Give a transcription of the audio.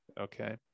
okay